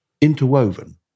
interwoven